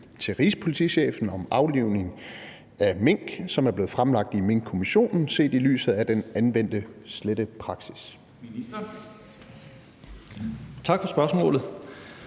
til rigspolitichefen om aflivning af mink, som er blevet fremlagt i Minkkommissionen, set i lyset af den anvendte slettepraksis?